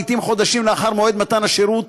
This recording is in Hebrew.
לעתים חודשים לאחר מועד מתן השירות,